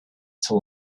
too